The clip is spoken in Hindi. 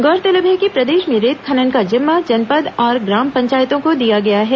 गौरतलब है कि प्रदेश में रेत खनन का जिम्मा जनपद और ग्राम पंचायतों को दिया गया है